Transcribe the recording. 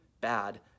bad